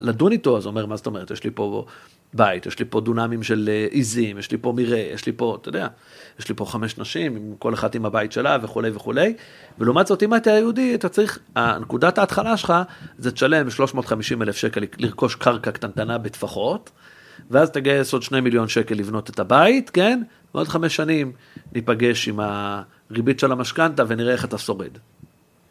לדון איתו, אז הוא אומר, מה זאת אומרת, יש לי פה בית, יש לי פה דונמים של עיזים, יש לי פה מרעה, יש לי פה, אתה יודע, יש לי פה חמש נשים, כל אחת עם הבית שלה וכולי וכולי. ולעומת זאת, אם היית יהודי, אתה צריך, נקודת ההתחלה שלך, זה תשלם 350 אלף שקל לרכוש קרקע קטנטנה בטפחות, ואז תגייס עוד שני מיליון שקל לבנות את הבית, כן? ועוד חמש שנים ניפגש עם הריבית של המשכנתה ונראה איך אתה שורד.